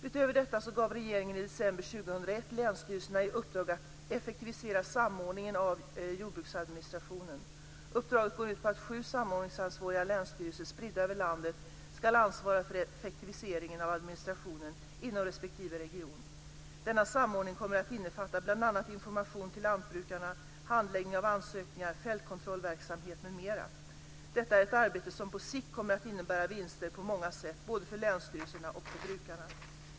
Utöver detta gav regeringen i december 2001 länsstyrelserna i uppdrag att effektivisera samordningen av jordbruksadministrationen. Uppdraget går ut på att sju samordningsansvariga länsstyrelser, spridda över landet, ska ansvara för effektiviseringen av administrationen inom respektive region. Denna samordning kommer att innefatta bl.a. information till lantbrukarna, handläggning av ansökningar, fältkontrollverksamhet m.m. Detta är ett arbete som på sikt kommer att innebära vinster på många sätt, både för länsstyrelserna och för brukarna.